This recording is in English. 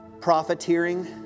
profiteering